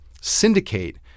syndicate